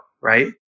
right